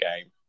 game